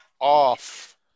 off